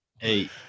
Eight